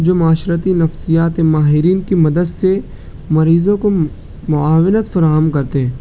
جو معاشرتی نفسیات ماہرین کی مدد سے مریضوں کو معاونت فراہم کرتے ہیں